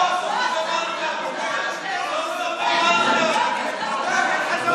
חבר הכנסת להב הרצנו, די, מספיק.